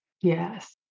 Yes